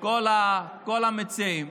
כל המציעים,